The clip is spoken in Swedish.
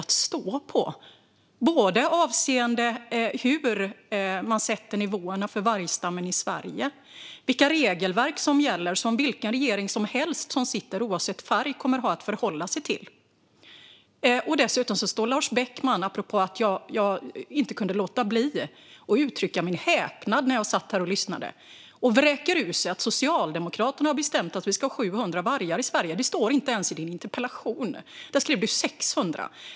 Det gäller både hur nivåerna sätts för vargstammen i Sverige och vilka regelverk som gäller, som vilken regeringen som helst, oavsett färg, kommer att ha att förhålla sig till. Dessutom står Lars Beckman, apropå att jag inte kunde låta bli att uttrycka min häpnad när jag satt här och lyssnade, och vräker ur sig att Socialdemokraterna har bestämt att vi ska 700 vargar i Sverige. Det står inte ens i din interpellation - där skrev du 600.